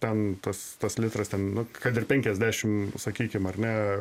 ten tas tas litras ten nu kad ir penkiasdešim sakykim ar ne